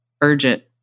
urgent